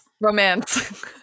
romance